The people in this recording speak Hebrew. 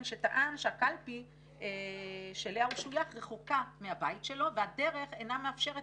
שטען שהקלפי אליה הוא שויך רחוקה מהבית שלו והדרך אינה מאפשרת